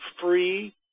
free